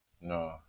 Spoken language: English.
No